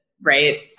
right